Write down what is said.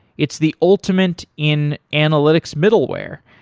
it's the ultimate in analytics middleware.